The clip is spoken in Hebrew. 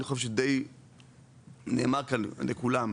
אני חושב שדי נאמר כאן לכולם,